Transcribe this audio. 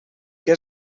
què